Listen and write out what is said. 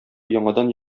яңадан